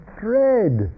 thread